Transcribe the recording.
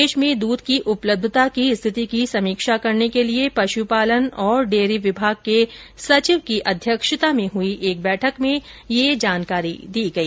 देश में द्ध की उपलब्धता की स्थिति की समीक्षा करने के लिए पश्पालन और डेयरी विभाग के सचिव की अध्यक्षता में हुई एक बैठक में यह जानकारी दी गई